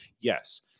Yes